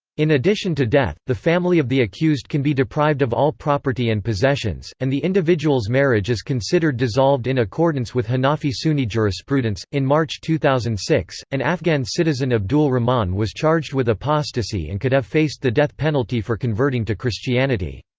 in addition to death, the family of the accused can be deprived of all property and possessions, and the individual's marriage is considered dissolved in accordance with hanafi sunni jurisprudence in march two thousand and six, an afghan citizen abdul rahman was charged with apostasy and could have faced the death penalty for converting to christianity.